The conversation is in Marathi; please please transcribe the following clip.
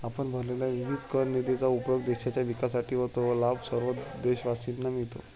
आपण भरलेल्या विविध कर निधीचा उपयोग देशाच्या विकासासाठी होतो व लाभ सर्व देशवासियांना मिळतो